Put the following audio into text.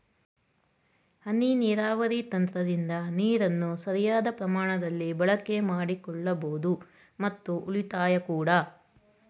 ಹನಿ ನೀರಾವರಿ ತಂತ್ರದಿಂದ ನೀರನ್ನು ಸರಿಯಾದ ಪ್ರಮಾಣದಲ್ಲಿ ಬಳಕೆ ಮಾಡಿಕೊಳ್ಳಬೋದು ಮತ್ತು ಉಳಿತಾಯ ಕೂಡ ಮಾಡಬೋದು